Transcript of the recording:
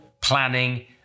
planning